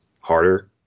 harder